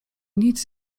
nic